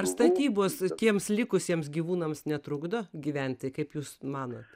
ar statybos tiems likusiems gyvūnams netrukdo gyventi kaip jūs manot